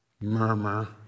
murmur